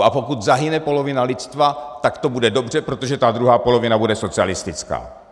A pokud zahyne polovina lidstva, tak to bude dobře, protože ta druhá polovina bude socialistická.